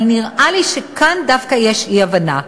אבל נראה לי שכאן דווקא יש אי-הבנה.